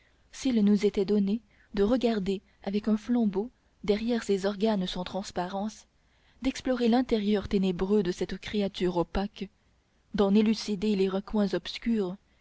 s'il nous était donné de regarder avec un flambeau derrière ces organes sans transparence d'explorer l'intérieur ténébreux de cette créature opaque d'en élucider les recoins obscurs